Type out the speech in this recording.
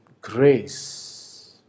grace